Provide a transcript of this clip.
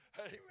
Amen